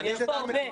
יש פה הרבה.